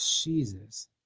Jesus